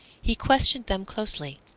he questioned them closely,